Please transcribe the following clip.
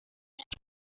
peach